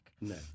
No